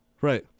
right